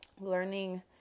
learning